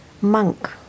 monk